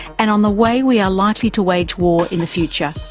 and on the way we are likely to wage war in the future?